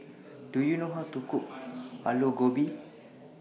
Do YOU know How to Cook Aloo Gobi